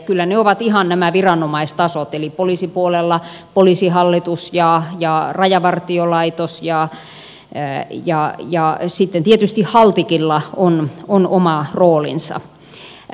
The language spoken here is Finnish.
kyllä ne ovat ihan nämä viranomaistasot eli poliisin puolella poliisihallitus ja rajavartiolaitos ja sitten tietysti haltikilla on oma roolinsa